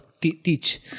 teach